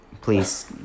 Please